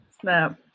Snap